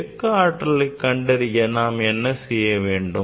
இயக்க ஆற்றலை கண்டறிய நாம் என்ன செய்ய வேண்டும்